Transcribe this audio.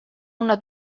una